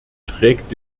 trägt